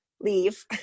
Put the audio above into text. leave